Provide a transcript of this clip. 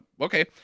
okay